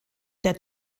der